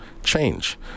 change